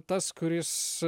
tas kuris